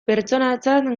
pertsonatzat